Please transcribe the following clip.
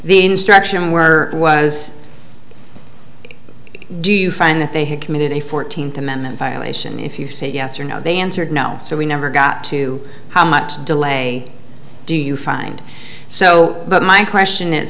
the instruction were was do you find that they had committed a fourteenth amendment violation if you say yes or no they answered no so we never got to how much delay do you find so but my question i